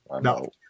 No